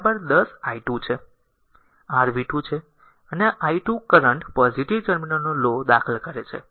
આ r v 2 છે અને આ i2 કરંટ પોઝીટીવ ટર્મિનલનો લો દાખલ કરે છે